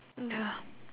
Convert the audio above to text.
ya